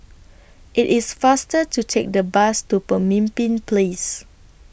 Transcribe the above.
IT IS faster to Take The Bus to Pemimpin Place